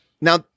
Now